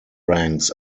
ranks